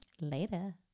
later